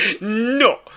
no